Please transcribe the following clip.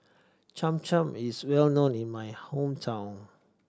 Cham Cham is well known in my hometown